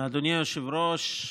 אדוני היושב-ראש,